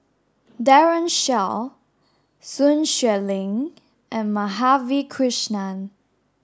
Daren Shiau Sun Xueling and Madhavi Krishnan